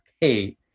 pay